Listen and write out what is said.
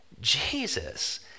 Jesus